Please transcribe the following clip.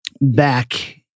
back